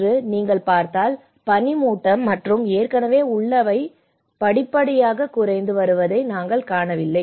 இன்று நீங்கள் பார்த்தால் பனி மூட்டம் மற்றும் ஏற்கனவே உள்ளவை படிப்படியாக குறைந்து வருவதை நாங்கள் காணவில்லை